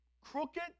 Crooked